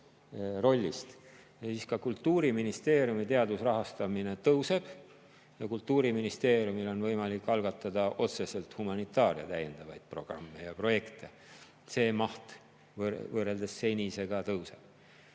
ka Kultuuriministeeriumi teadusrahastamine kasvab. Kultuuriministeeriumil on võimalik algatada otseselt humanitaaria täiendavaid programme ja projekte. See maht võrreldes senisega kasvab.